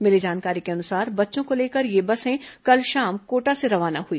मिली जानकारी के अनुसार बच्चों को लेकर ये बसे कल शाम कोटा से रवाना हुई